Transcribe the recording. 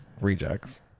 rejects